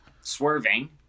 swerving